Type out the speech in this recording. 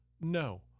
no